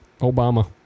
obama